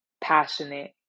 passionate